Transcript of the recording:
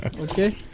okay